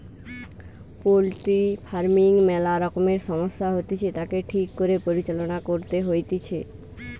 poultry farming ম্যালা রকমের সমস্যা হতিছে, তাকে ঠিক করে পরিচালনা করতে হইতিছে